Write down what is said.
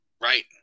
Right